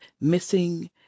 missing